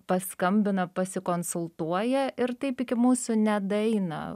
paskambina pasikonsultuoja ir taip iki mūsų nedaeina